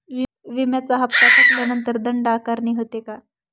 विम्याचा हफ्ता थकल्यानंतर दंड आकारणी होते का?